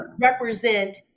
represent